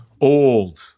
Old